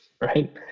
right